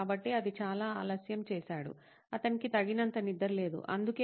కాబట్టి అది చాలా ఆలస్యం చేసాడు అతనికి తగినంత నిద్ర లేదు అందుకే